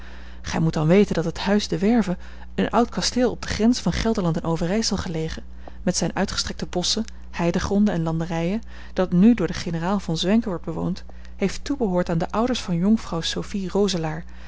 gij moet dan weten dat het huis de werve een oud kasteel op de grenzen van gelderland en overijsel gelegen met zijne uitgestrekte bosschen heidegronden en landerijen dat nu door den generaal von zwenken wordt bewoond heeft toebehoord aan de ouders van jonkvrouw sophie roselaer